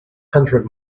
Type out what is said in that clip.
hundred